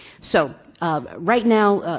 so right now,